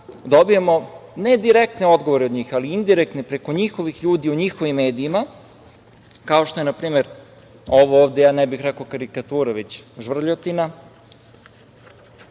dobijamo ne direktne odgovore od njih, ali indirektne, preko njihovih ljudi, u njihovim medijima, kao što je, na primer, ovo ovde, ja ne bih rekao karikatura već žvrljotina,